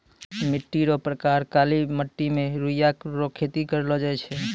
मिट्टी रो प्रकार काली मट्टी मे रुइया रो खेती करलो जाय छै